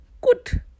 good